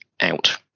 out